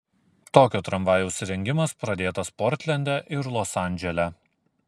tokio tramvajaus įrengimas pradėtas portlende ir los andžele